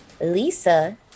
Lisa